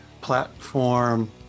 platform